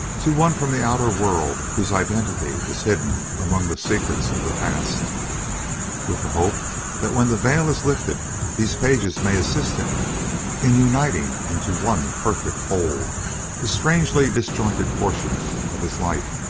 to one from the outer world, whose identity is hidden among the secrets of the past with the hope that when the veil is lifted these pages may assist him in uniting into one perfect whole the strangely disjointed portions of his life,